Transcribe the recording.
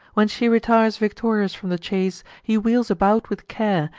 when she retires victorious from the chase, he wheels about with care,